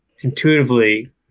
intuitively